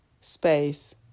space